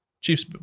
Chiefs